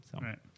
Right